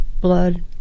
blood